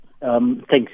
Thanks